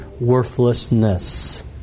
worthlessness